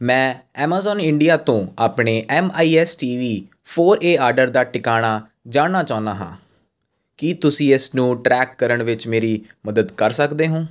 ਮੈਂ Amazon India ਤੋਂ ਆਪਣੇ M I S TV four A order ਦਾ ਟਿਕਾਣਾ ਜਾਣਨਾ ਚਾਹੁੰਦਾ ਹਾਂ ਕੀ ਤੁਸੀਂ ਇਸ ਨੂੰ ਟਰੈਕ ਕਰਨ ਵਿੱਚ ਮੇਰੀ ਮਦਦ ਕਰ ਸਕਦੇ ਹੋ